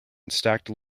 stacked